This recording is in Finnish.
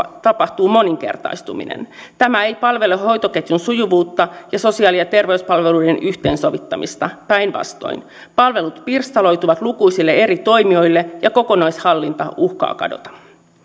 tapahtuu moninkertaistuminen tämä ei palvele hoitoketjun sujuvuutta ja sosiaali ja terveyspalveluiden yhteensovittamista päinvastoin palvelut pirstaloituvat lukuisille eri toimijoille ja kokonaishallinta uhkaa kadota